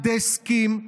הדסקים,